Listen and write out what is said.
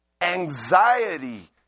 anxiety